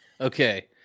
Okay